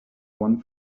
one